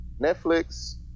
Netflix